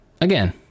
again